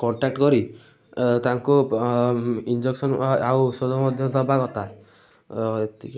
contact କରି ଏ ତାଙ୍କୁ ଇଞ୍ଜେକ୍ସନ୍ ଓ ଆଉ ଔଷଧ ମଧ୍ୟ ଦେବା ଏତିକି